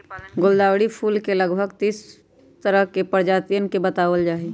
गुलदावरी फूल के लगभग तीस तरह के प्रजातियन के बतलावल जाहई